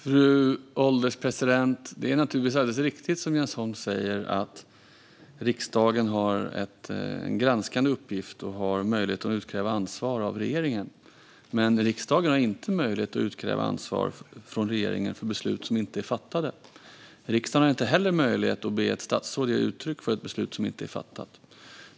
Fru ålderspresident! Det är naturligtvis alldeles riktigt som Jens Holm säger: Riksdagen har en granskande uppgift och har möjlighet att utkräva ansvar av regeringen. Men riksdagen har inte möjlighet att utkräva ansvar av regeringen för beslut som inte är fattade. Riksdagen har inte heller möjlighet att be ett statsråd ge uttryck för ett beslut som inte är fattat.